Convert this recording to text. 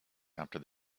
after